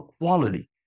quality